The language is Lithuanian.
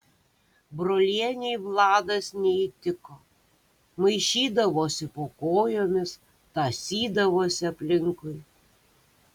brolienei vladas neįtiko maišydavosi po kojomis tąsydavosi aplinkui